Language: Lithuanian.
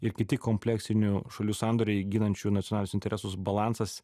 ir kiti kompleksinių šalių sandoriai ginančių nacionalinius interesus balansas